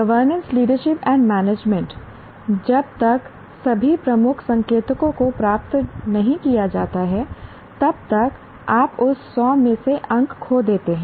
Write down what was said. governance leadership and management जब तक सभी प्रमुख संकेतकों को प्राप्त नहीं किया जाता है तब तक आप उस 100 में से अंक खो देते हैं